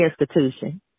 institution